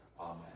amen